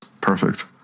Perfect